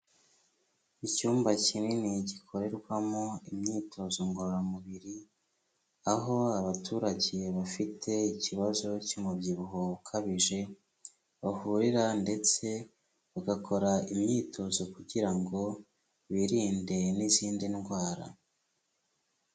Icyumba kinini gikorerwamo imyitozo ngororamubiri, aho abaturage bafite ikibazo cy'umubyibuho ukabije, bahurira ndetse bagakora imyitozo kugira ngo birinde n'izindi ndwara.